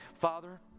Father